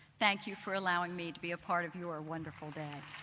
thank you for allowing me to be a part of your wonderful day.